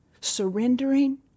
surrendering